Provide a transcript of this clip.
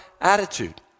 attitude